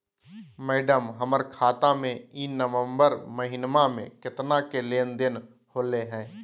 madam, हमर खाता में ई नवंबर महीनमा में केतना के लेन देन होले है